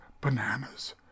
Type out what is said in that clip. bananas